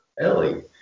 Ellie